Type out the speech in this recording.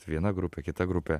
viena grupė kita grupė